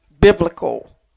biblical